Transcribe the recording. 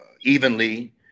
evenly